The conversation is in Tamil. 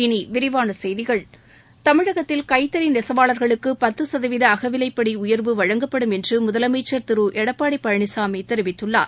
இனி விரிவான செய்திகள் தமிழகத்தில் கைத்தறி நெசவாளர்களுக்கு பத்த சதவீத அகவிலைப்படி உயர்வு வழங்கப்படும் என்று முதலமைச்சர் திரு எடப்பாடி பழனிசாமி தெரிவித்துள்ளார்